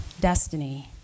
destiny